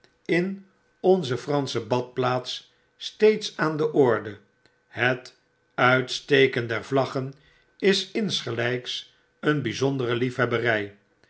in onze fransche badplaats steeds aan de orde het uitsteken der vlaggen is insgelykseenbyzondere lief